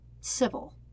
civil